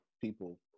people